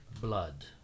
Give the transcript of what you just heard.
blood